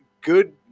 good